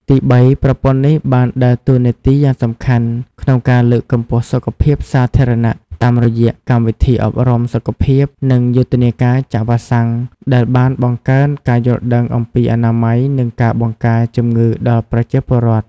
ទីបីប្រព័ន្ធនេះបានដើរតួនាទីយ៉ាងសំខាន់ក្នុងការលើកកម្ពស់សុខភាពសាធារណៈ តាមរយៈកម្មវិធីអប់រំសុខភាព និងយុទ្ធនាការចាក់វ៉ាក់សាំង ដែលបានបង្កើនការយល់ដឹងអំពីអនាម័យ និងការបង្ការជំងឺដល់ប្រជាពលរដ្ឋ។